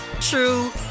true